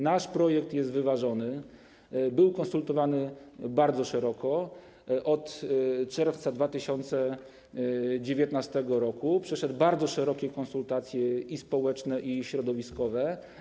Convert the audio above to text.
Nasz projekt jest wyważony, był konsultowany bardzo szeroko od czerwca 2019 r., przeszedł bardzo szerokie konsultacje i społeczne, i środowiskowe.